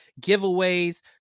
giveaways